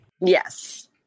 Yes